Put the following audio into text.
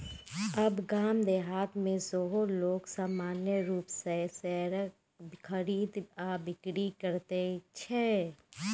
आब गाम देहातमे सेहो लोग सामान्य रूपसँ शेयरक खरीद आ बिकरी करैत छै